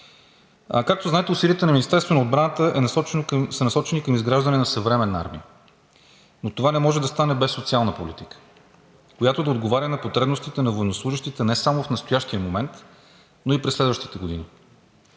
Както знаете, усилията на Министерството на отбраната са насочени към изграждане на съвременна армия, но това не може да стане без социална политика, която да отговаря на потребностите на военнослужещите не само в настоящия момент, но и през следващите години.